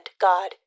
god